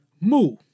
Mu